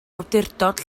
awdurdod